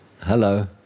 Hello